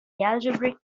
algebraic